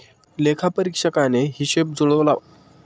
लेखापरीक्षकाने हिशेब जुळवला